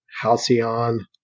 halcyon